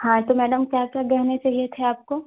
हाँ तो मैडम क्या क्या गहने चाहिए थे आपको